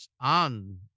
on